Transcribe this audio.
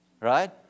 Right